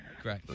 Great